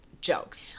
jokes